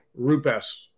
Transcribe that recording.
Rupes